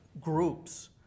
groups